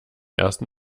ersten